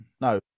no